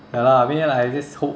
ya lah I mean ya lah I just hope